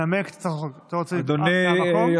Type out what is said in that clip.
לנמק את הצעת החוק, אתה רוצה מהמקום?